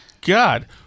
God